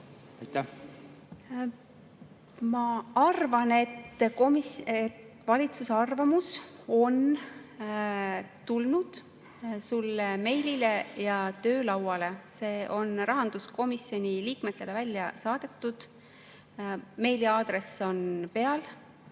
Ma arvan, et valitsuse arvamus on tulnud sulle meilile ja töölauale. See on rahanduskomisjoni liikmetele välja saadetud, meiliaadress on peal.